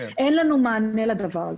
כרגע אין לנו מענה לדבר הזה.